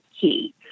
key